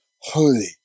holy